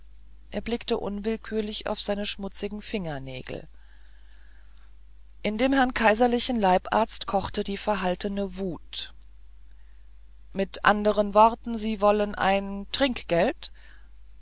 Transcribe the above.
er blickte unwillkürlich auf seine schmutzigen fingernägel in dem herrn kaiserlichen leibarzt kochte die verhaltene wut mit anderen worten sie wollen ein trinkgeld